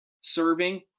serving